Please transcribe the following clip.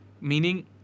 Meaning